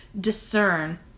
discern